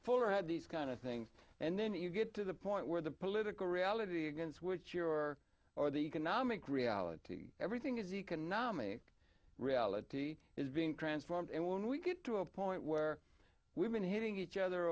fuller had these kind of things and then you get to the point where the political reality against which your or the economic reality everything is economic reality is being transformed and when we get to a point where we've been hitting